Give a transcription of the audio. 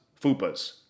fupas